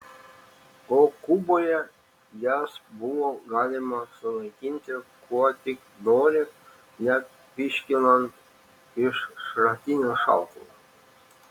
o kuboje jas buvo galima sunaikinti kuo tik nori net pyškinant iš šratinio šautuvo